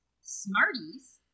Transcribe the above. Smarties